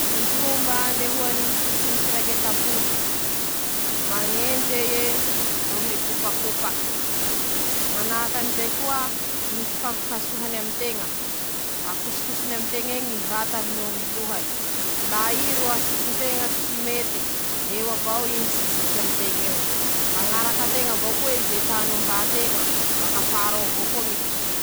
<...>Ñy paikadiny ñy rameva an-tany efitsy añe, mba hahavelo aze ñy fañajariany ñy rano<Kôkôrikôo>, manahaky anizay koa ñy fiovany aminy iii haingam-pandehany noho ñy tamperatira, farany ñy faharetany ñy sakafo añainy añe e noho ñy fomba famokany azy<...>.